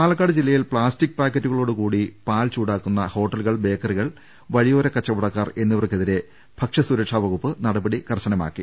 പാലക്കാട് ജില്ലയിൽ പ്ലാസ്റ്റിക് പാക്കറ്റുകളോടുകൂടി പാൽ ചൂടാക്കുന്ന ഹോട്ടലുകൾ ബേക്കറികൾ വഴിയോര കച്ചവടക്കാർ എന്നിവർക്കെതിരെ ഭക്ഷ്യ സുരക്ഷാ വകുപ്പ് നടപടി കർശനമാക്കി